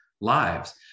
lives